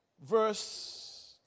verse